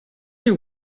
you